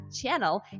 channel